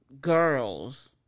girls